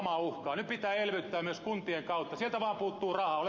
nyt pitää elvyttää myös kuntien kautta sieltä vain puuttuu rahaa